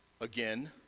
again